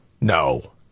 No